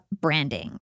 branding